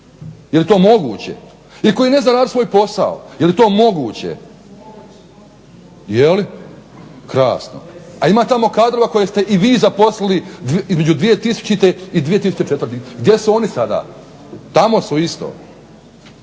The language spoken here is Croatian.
Jel to moguće? Ili koji ne zna raditi svoj posao, jel to moguće? Jeli, krasno. A ima tamo kadrova koje ste vi zaposlili između 2000. i 2004. gdje su oni sada? Tamo su oni isto.